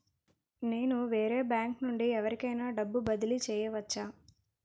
నేను వేరే బ్యాంకు నుండి ఎవరికైనా డబ్బు బదిలీ చేయవచ్చా?